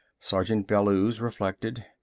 sergeant bellews reflected,